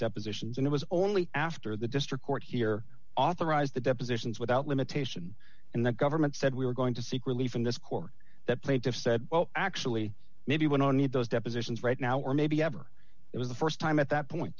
depositions and it was only after the district court here authorized the depositions without limitation and the government said we were going to seek relief from this court that plaintiffs said well actually maybe when i need those depositions right now or maybe ever it was the st time at that point